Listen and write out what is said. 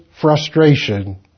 frustration